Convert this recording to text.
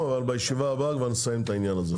בישיבה הבאה נסים את העניין הזה.